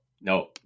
No